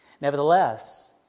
Nevertheless